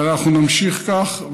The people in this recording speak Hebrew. ואנחנו נמשיך כך,